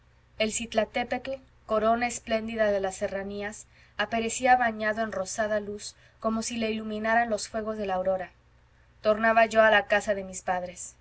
el citlaltépetl corona espléndida de las serranías aparecía bañado en rosada luz como si le iluminaran los fuegos de la aurora tornaba yo a la casa de mis padres